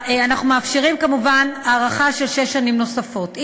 אנחנו מאפשרים כמובן הארכה של שש שנים נוספות.